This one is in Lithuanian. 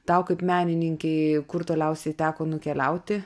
tau kaip menininkei kur toliausiai teko nukeliauti